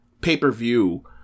pay-per-view